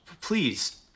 Please